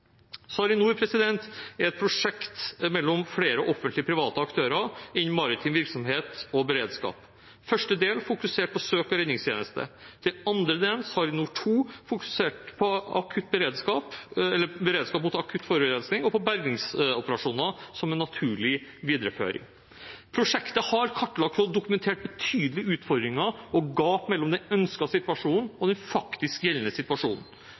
SARiNOR er et prosjekt mellom flere offentlige og private aktører innen maritim virksomhet og beredskap. Første del fokuserte på søk og redningstjenesten. Den andre delen, SARiNOR2, fokuserte på beredskap mot akutt forurensning og bergingsoperasjoner, som en naturlig videreføring. Prosjektet har kartlagt og dokumentert betydelige utfordringer og gap mellom den ønskede situasjonen og den faktisk gjeldende situasjonen.